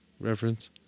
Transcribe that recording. reference